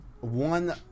one